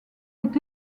est